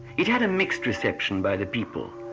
it had a mixed reception by the people,